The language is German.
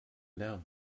lärm